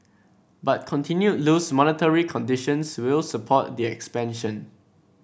but continued loose monetary conditions will support the expansion